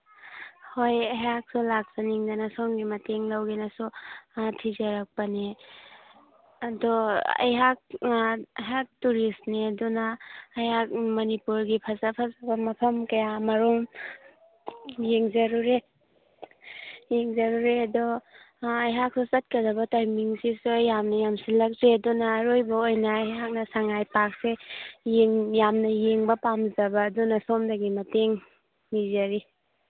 ꯍꯣꯏ ꯑꯩꯍꯥꯛꯁꯨ ꯂꯥꯛꯆꯅꯤꯡꯗꯅ ꯁꯣꯝꯒꯤ ꯃꯇꯦꯡ ꯂꯧꯒꯦꯅꯁꯨ ꯊꯤꯖꯔꯛꯄꯅꯦ ꯑꯗꯣ ꯑꯩꯍꯥꯛ ꯑꯩꯍꯥꯛ ꯇꯨꯔꯤꯁꯅꯦ ꯑꯗꯨꯅ ꯑꯩꯍꯥꯛ ꯃꯅꯤꯄꯨꯔꯒꯤ ꯐꯖ ꯐꯖꯕ ꯃꯐꯝ ꯀꯌꯥ ꯃꯔꯣꯝ ꯌꯦꯡꯖꯔꯨꯔꯦ ꯌꯦꯡꯖꯔꯨꯔꯦ ꯑꯗꯣ ꯑꯩꯍꯥꯛꯁꯨ ꯆꯠꯀꯗꯕ ꯇꯥꯏꯃꯤꯡꯁꯤꯁꯨ ꯌꯥꯝꯅ ꯌꯥꯝꯖꯤꯜꯂꯛꯇ꯭ꯔꯦ ꯑꯗꯨꯅ ꯑꯔꯣꯏꯕ ꯑꯣꯏꯅ ꯑꯩꯍꯥꯛꯅ ꯁꯉꯥꯏ ꯄꯥꯛꯁꯦ ꯌꯥꯝꯅ ꯌꯦꯡꯕ ꯄꯥꯝꯖꯕ ꯑꯗꯨꯅ ꯁꯣꯝꯗꯒꯤ ꯃꯇꯦꯡ ꯅꯤꯖꯔꯤ